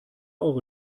eure